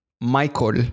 Michael